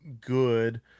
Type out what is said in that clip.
good